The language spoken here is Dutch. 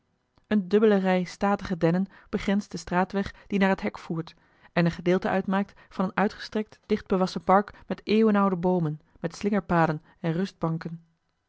eene dubbele rij statige dennen begrenst den straatweg die naar het hek voert en een gedeelte uitmaakt van een uitgestrekt dichtbewassen park met eeuwenoude boomen met slingerpaden en